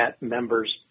member's